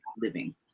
living